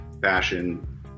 fashion